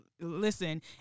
listen